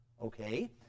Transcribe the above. okay